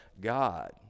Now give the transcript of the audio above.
God